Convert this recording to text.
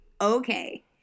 okay